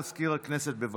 הודעה למזכיר הכנסת, בבקשה.